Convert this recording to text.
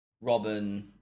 Robin